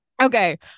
Okay